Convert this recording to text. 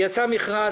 יצא מכרז.